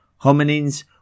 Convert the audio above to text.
Hominins